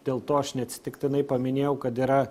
dėl to aš neatsitiktinai paminėjau kad yra